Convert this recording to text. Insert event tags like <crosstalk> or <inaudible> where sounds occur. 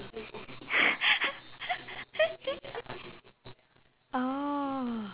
<laughs> oh